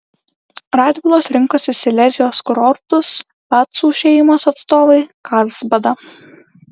radvilos rinkosi silezijos kurortus pacų šeimos atstovai karlsbadą